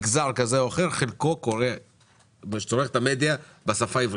חלקם צורך מדיה בשפה העברית.